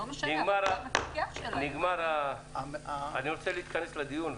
אני רוצה להיכנס לדיון.